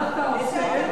מה אתה עושה בשביל זה?